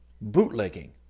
Bootlegging